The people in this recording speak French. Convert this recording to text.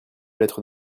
lettre